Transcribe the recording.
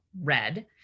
red